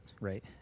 Right